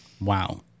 Wow